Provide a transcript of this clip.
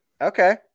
okay